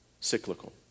cyclical